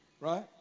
Right